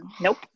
Nope